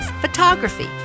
photography